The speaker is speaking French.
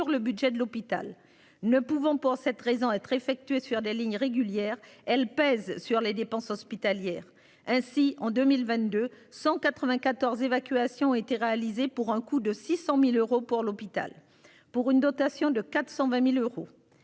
le budget de l'hôpital ne pouvant pour cette raison être effectués sur des lignes régulières. Elle pèse sur les dépenses hospitalières. Ainsi en 2022 194. Évacuation été réalisés pour un coût de 600.000 euros pour l'hôpital pour une dotation de 420.000 euros.